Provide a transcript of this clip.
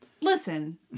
Listen